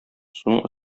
суның